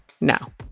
Now